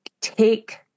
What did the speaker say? take